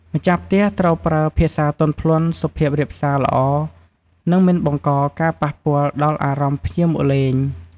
ម្ចាស់ផ្ទះត្រូវប្រើភាសាទន់ភ្លន់ សុភាពរាបសាល្អ និងមិនបង្ករការប៉ះពាល់ដល់អារម្មណ៍ភ្ញៀវមកលេង។